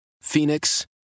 Phoenix